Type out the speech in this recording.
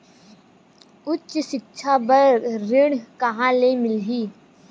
उच्च सिक्छा बर ऋण कहां ले मिलही?